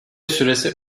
süresi